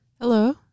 Hello